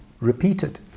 repeated